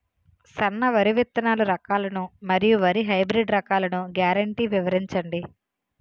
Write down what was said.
సన్న వరి విత్తనాలు రకాలను మరియు వరి హైబ్రిడ్ రకాలను గ్యారంటీ వివరించండి?